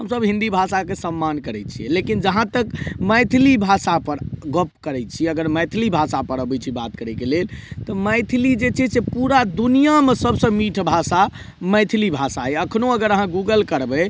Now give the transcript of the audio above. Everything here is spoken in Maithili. हम सब हिन्दी भाषाके सम्मान करय छियै लेकिन जहाँ तक मैथिली भाषापर गप्प करय छी अगर मैथिली भाषापर अबय छी बात करयके लेल तऽ मैथिली जे छै से पूरा दुनियामे सबसँ मीठ भाषा मैथिली भाषा अछि एखनो अगर अहाँ गूगल करबय